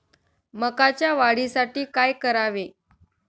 मकाच्या वाढीसाठी काय करावे?